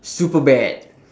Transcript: super bat